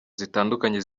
zitandukanye